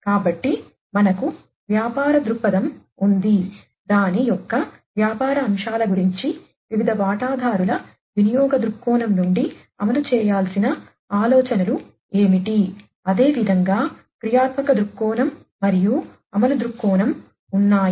కాబట్టి మనకు వ్యాపార దృక్పథం ఉంది దాని యొక్క వ్యాపార అంశాల గురించి వివిధ వాటాదారుల వినియోగ దృక్కోణం నుండి అమలు చేయాల్సిన ఆలోచనలు ఏమిటి అదే విధంగా క్రియాత్మక దృక్కోణం మరియు అమలు దృక్కోణం ఉన్నాయి